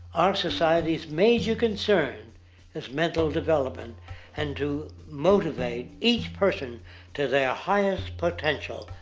our society's major concern is mental development and to motivate each person to their highest potential.